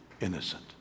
innocent